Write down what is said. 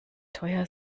teuer